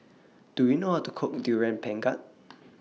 Do YOU know How to Cook Durian Pengat